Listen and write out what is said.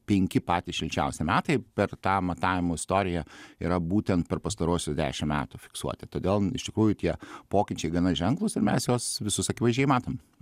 penki patys šilčiausi metai per tą matavimų istoriją yra būtent per pastaruosius dešimt metų fiksuoti todėl iš tikrųjų tie pokyčiai gana ženklūs ir mes juos visus akivaizdžiai matom